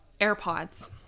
AirPods